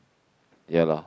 ya lor